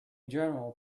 general